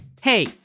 Hey